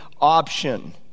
option